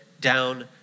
down